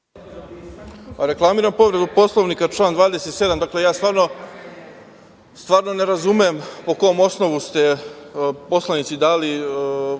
Reklamiram povredu Poslovnika, član 27.Dakle, ja stvarno ne razumem po kom osnovu ste poslanici dali